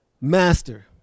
Master